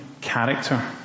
character